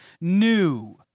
new